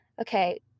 okay